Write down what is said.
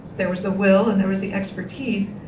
there was the will, and there was the expertise.